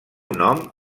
nom